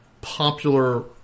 popular